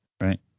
Right